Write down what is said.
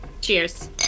Cheers